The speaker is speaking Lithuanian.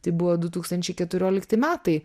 tai buvo du tūkstančiai keturiolikti metai